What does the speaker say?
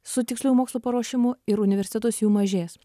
su tiksliųjų mokslų paruošimu ir universitetuose jų mažės